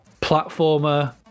platformer